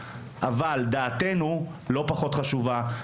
אבל דעתנו לא פחות חשובה,